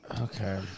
Okay